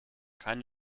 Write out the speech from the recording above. keine